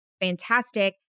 fantastic